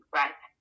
right